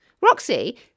Roxy